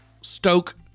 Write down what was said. stoke